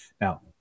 Now